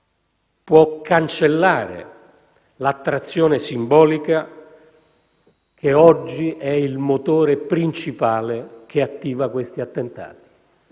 può cancellare l'attrazione simbolica che oggi è il motore principale che attiva questi attentati.